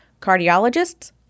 Cardiologists